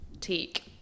Teak